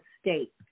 state